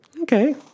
Okay